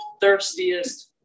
thirstiest